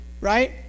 right